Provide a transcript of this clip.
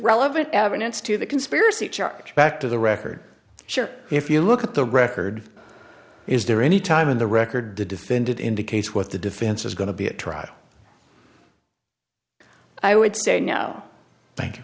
relevant evidence to the conspiracy charge back to the record sure if you look at the record is there any time in the record the defendant indicates what the defense is going to be a trial i would say no